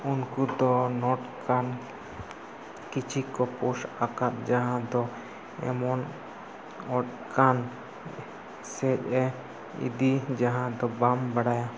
ᱩᱱᱠᱩ ᱫᱚ ᱱᱚᱝᱠᱟᱱ ᱠᱤᱪᱷᱩ ᱠᱚ ᱯᱳᱥᱴ ᱟᱠᱟᱫ ᱡᱟᱦᱟᱸ ᱫᱚ ᱮᱢᱚᱱ ᱳᱴ ᱠᱟᱱ ᱥᱮᱫ ᱮ ᱤᱫᱤ ᱡᱟᱦᱟᱸ ᱫᱚ ᱵᱟᱢ ᱵᱟᱲᱟᱭᱟ